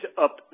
up